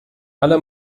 alle